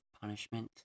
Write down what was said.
punishment